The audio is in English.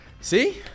See